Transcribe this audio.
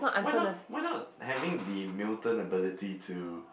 why not why not having the mutant ability to